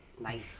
nice